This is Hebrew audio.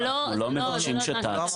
זה לא --- אנחנו לא מבקשים שתעצרו,